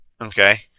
Okay